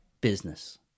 business